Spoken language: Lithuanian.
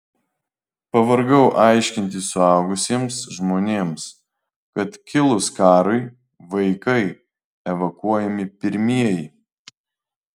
pavargau aiškinti suaugusiems žmonėms kad kilus karui vaikai evakuojami pirmieji